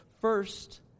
first